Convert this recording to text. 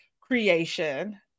creation